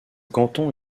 canton